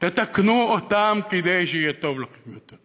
תתקנו אותם כדי שיהיה טוב לכם יותר.